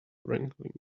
wrangling